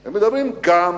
הם מדברים גם,